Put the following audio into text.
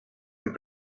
and